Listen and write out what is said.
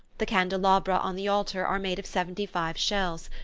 the candelabra on the altar are made of seventy-five shells,